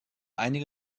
einige